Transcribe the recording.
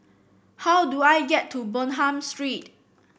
how do I get to Bonham Street